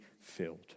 filled